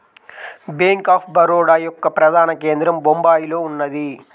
bank of Baroda యొక్క ప్రధాన కేంద్రం బొంబాయిలో ఉన్నది